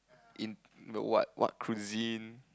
in the what what cuisine